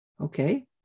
Okay